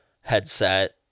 headset